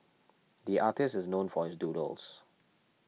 the artist is known for his doodles